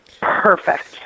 perfect